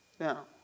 Now